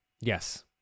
Yes